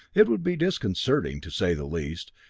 it would be disconcerting, to say the least,